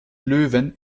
löwen